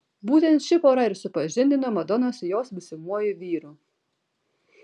būtent ši pora ir supažindino madoną su jos būsimuoju vyru